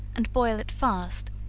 and boil it fast,